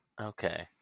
Okay